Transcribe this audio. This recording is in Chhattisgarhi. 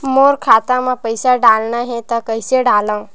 मोर खाता म पईसा डालना हे त कइसे डालव?